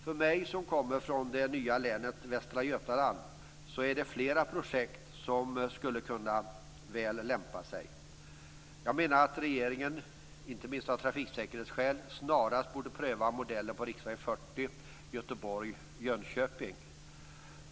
För mig som kommer från det nya länet Västra Götaland är det flera projekt som väl skulle kunna lämpa sig. Jag menar att regeringen, inte minst av trafiksäkerhetsskäl, snarast borde pröva modellen på riksväg 40 Göteborg-Jönköping.